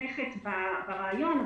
שתומכת ברעיון.